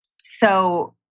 so-